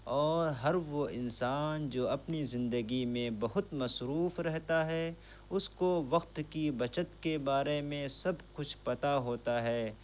اور ہر وہ انسان جو اپنی زندگی میں بہت مصروف رہتا ہے اس کو وقت کی بچت کے بارے میں سب کچھ پتا ہوتا ہے